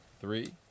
three